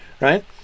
right